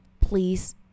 please